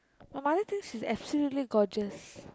my mother thinks she's absolutely gorgeous